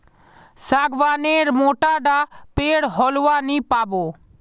सागवान नेर मोटा डा पेर होलवा नी पाबो